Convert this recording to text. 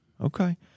Okay